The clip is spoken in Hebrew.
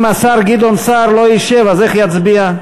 אם השר גדעון סער לא ישב, איך יצביע?